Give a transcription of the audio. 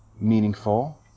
meaningful